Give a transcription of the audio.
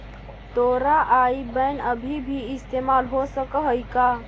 तोरा आई बैन अभी भी इस्तेमाल हो सकऽ हई का?